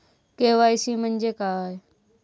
KYC म्हणजे काय?